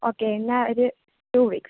okay എന്നാൽ ഒരു two weeks